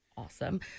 Awesome